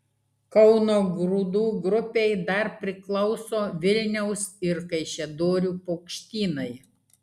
kauno grūdų grupei dar priklauso vilniaus ir kaišiadorių paukštynai